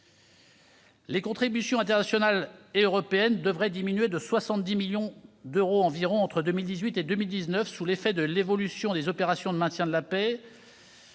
les contributions internationales et européennes devraient diminuer de 70 millions d'euros environ entre 2018 et 2019, sous l'effet de l'évolution des opérations de maintien de la paix.